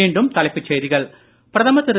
மீண்டும் தலைப்புச் செய்திகள் பிரதமர் திரு